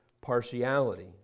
partiality